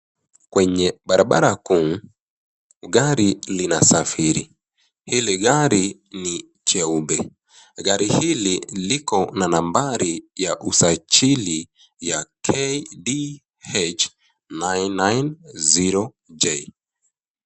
Kwenye barabara kuu gari linasafiri. Hili gari ni jeupe. Gari hili liko na nambari ya usajili ya KDH 990J.